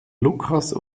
lucas